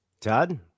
Todd